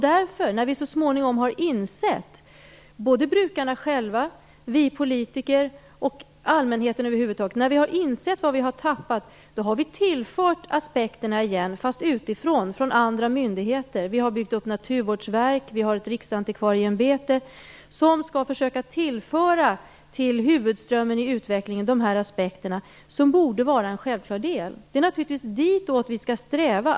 När vi så småningom har insett, både brukarna själva, vi politiker och allmänheten i övrigt, vad vi har förlorat har vi tillfört dessa aspekter igen, fastän utifrån. Vi har byggt upp ett naturvårdsverk, vi har ett riksantikvarieämbete som skall försöka tillföra dessa aspekter till huvudströmmen i utvecklingen, som borde vara en självklar del. Det är naturligtvis ditåt vi skall sträva.